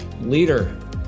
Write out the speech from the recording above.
leader